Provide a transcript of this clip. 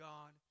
God